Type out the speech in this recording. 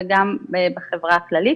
וגם בחברה הכללית.